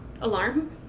alarm